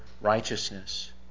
righteousness